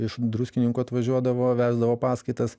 iš druskininkų atvažiuodavo vesdavo paskaitas